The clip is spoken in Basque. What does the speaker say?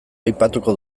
aipatuko